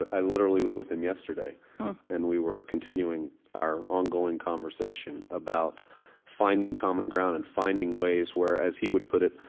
i literally was with him yesterday and we were continuing our ongoing conversation about finding common ground and finding ways where, as he would put it,